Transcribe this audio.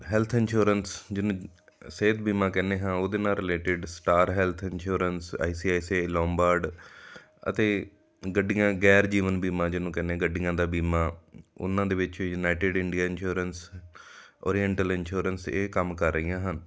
health insurance ਜਿਹਨੂੰ ਸਿਹਤ ਬੀਮਾ ਕਹਿੰਦੇ ਹਾਂ ਉਹਦੇ ਨਾਲ related star health insurance I C I C I Lombard ਅਤੇ ਗੱਡੀਆਂ ਗੈਰ ਜੀਵਨ ਬੀਮਾ ਜਿਹਨੂੰ ਕਹਿੰਦੇ ਗੱਡੀਆਂ ਦਾ ਬੀਮਾ ਉਹਨਾਂ ਦੇ ਵਿੱਚ ਵੀ united Indian insurance oriental insurance ਕੰਮ ਕਰ ਰਹੀਆਂ ਹਨ